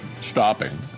stopping